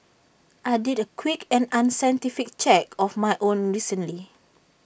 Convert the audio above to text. I did A quick and unscientific check of my own recently